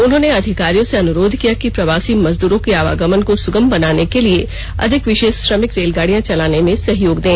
उन्होंने अधिकारियों से अनुरोध किया कि प्रवासी मजदूरों के आवागमन को सुगम बनाने के लिए अधिक विशेष श्रमिक रेलगाड़ियां चलाने में सहयोग दें